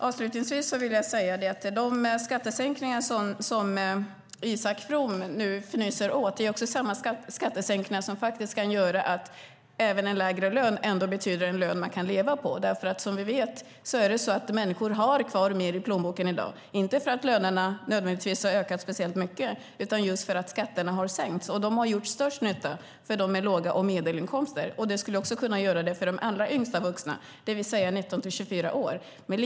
Avslutningsvis vill jag säga att de skattesänkningar som Isak From nu fnyser åt är skattesänkningar som faktiskt kan göra att även en lägre lön betyder en lön man kan leva på. Som vi vet har människor i dag mer kvar i plånboken men inte nödvändigtvis därför att lönerna ökat speciellt mycket utan just därför att skatterna har sänkts. Det har gjort störst nytta för dem med låga inkomster eller med medelinkomster. Så skulle det också kunna vara för de allra yngsta vuxna, det vill säga för 19-24-åringar.